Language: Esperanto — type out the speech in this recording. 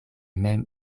mem